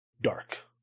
dark